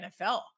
NFL